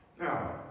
Now